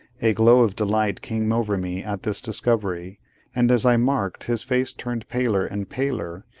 a glow of delight came over me at this discovery and as i marked his face turn paler and paler,